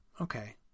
Okay